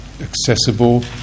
accessible